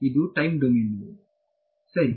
ಇದು time domain ಸರಿ